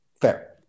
fair